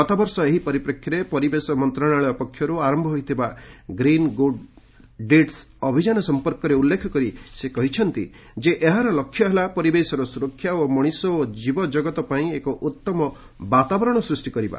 ଗତବର୍ଷ ଏହି ପରିପ୍ରେକ୍ଷୀରେ ପରିବେଶ ମନ୍ତ୍ରଣାଳୟ ପକ୍ଷରୁ ଆରମ୍ଭ ହୋଇଥିବା ଗ୍ରୀନ୍ ଗୁଡ୍ ଡିଡ୍ସ୍ ଅଭିଯାନ ସଂପର୍କରେ ଉଲ୍ଲେଖ କରି ସେ କହିଛନ୍ତି ଯେ ଏହାର ଲକ୍ଷ୍ୟ ହେଲା ପରିବେଶର ସୁରକ୍ଷା ଓ ମଣିଷ ଓ ଜୀବଜଗତ ପାଇଁ ଏକ ଉତ୍ତମ ବାତାବରଣ ସୃଷ୍ଟି କରିବା